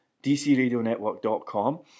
dcradionetwork.com